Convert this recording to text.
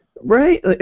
Right